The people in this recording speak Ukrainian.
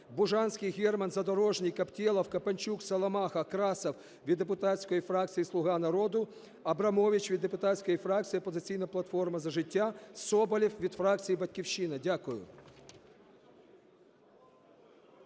Бужанський, Герман, Задорожний, Каптєлов, Копанчук, Саламаха, Красов – від депутатської фракції "Слуга народу", Абрамович – від депутатської фракції "Опозиційна платформа - За життя", Соболєв – від фракції "Батьківщина". Дякую.